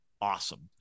awesome